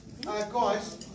Guys